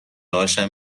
هاشم